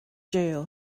jail